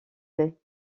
lait